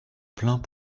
plaint